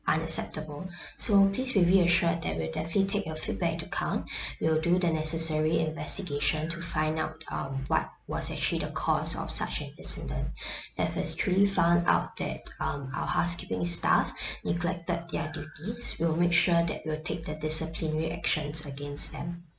unacceptable so please be reassured that we'll definitely take your feedback to count we'll do the necessary investigation to find out um what was actually the cause of such an incident if it's truly found out that um our housekeeping staff neglected their duties we'll make sure that we'll take the disciplinary actions against them